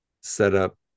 setup